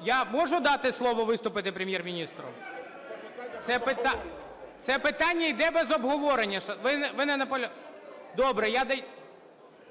Я можу дати слово виступити Прем'єр-міністру? Це питання іде без обговорення. Добре,